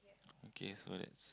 okay so that's